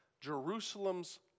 Jerusalem's